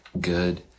good